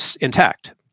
intact